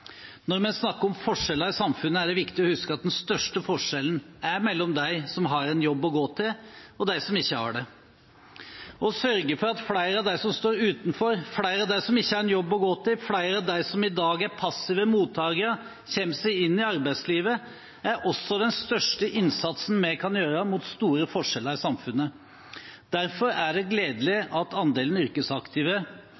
Når vi snakker om forskjeller i samfunnet, er det viktig å huske at den største forskjellen er mellom dem som har en jobb å gå til, og dem som ikke har det. Å sørge for at flere av dem som står utenfor, flere av dem som ikke har en jobb å gå til, flere av dem som i dag er passive mottakere, kommer seg inn i arbeidslivet, er også den største innsatsen vi kan gjøre mot store forskjeller i samfunnet. Derfor er det gledelig